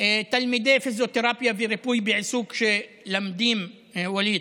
תלמידי פיזיותרפיה וריפוי בעיסוק שלומדים, ווליד,